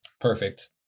Perfect